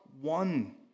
one